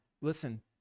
Listen